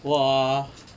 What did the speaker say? !wah!